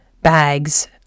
bags